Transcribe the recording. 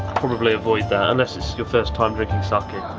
probably avoid that unless it's your first time drinking sake.